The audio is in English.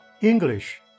English